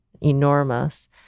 enormous